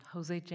Jose